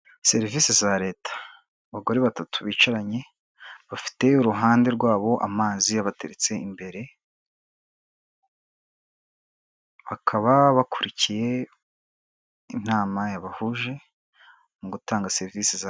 Serivisi za leta abagore batatu bicaranye bafite uruhande rwabo amazi abateretse imbere, bakaba bakurikiye inama yabahuje mu gutanga sevisi.